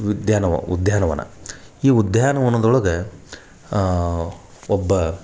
ಉದ್ಯಾನವ ಉದ್ಯಾನವನ ಈ ಉದ್ಯಾನವನದೊಳಗೆ ಒಬ್ಬ